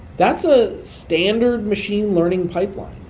that's a standard machine learning pipeline.